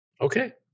Okay